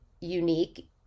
unique